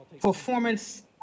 performance